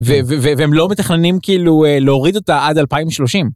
והם לא מתכננים כאילו להוריד אותה עד 2030.